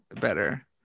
better